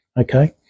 okay